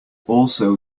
also